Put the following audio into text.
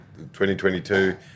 2022